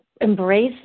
embrace